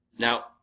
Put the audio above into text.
Now